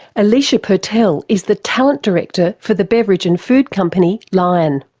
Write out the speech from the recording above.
alicia purtell is the talent director for the beverage and food company lion.